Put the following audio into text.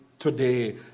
Today